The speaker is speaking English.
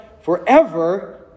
forever